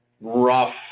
rough